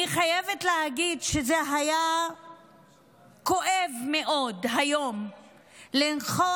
אני חייבת להגיד שזה היה כואב מאוד היום לנכּוח